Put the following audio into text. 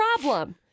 problem